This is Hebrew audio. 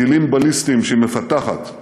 טילים בליסטיים שהיא מפתחת,